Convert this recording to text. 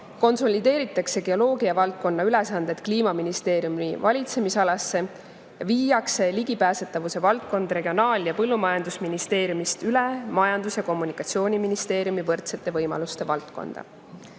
konsolideeritakse geoloogiavaldkonna ülesanded Kliimaministeeriumi valitsemisalasse ning viiakse ligipääsetavuse valdkond Regionaal‑ ja Põllumajandusministeeriumist üle Majandus‑ ja Kommunikatsiooniministeeriumi võrdsete võimaluste valdkonda.